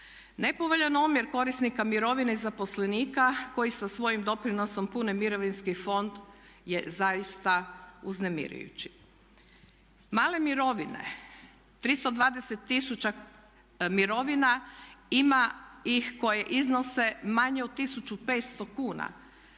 Nepovoljan omjer korisnika mirovine i zaposlenika koji sa svojim doprinosom pune mirovinski fond je zaista uznemirujući. Male mirovine, 320 000 mirovina ima ih koje iznose manje od 1500 kuna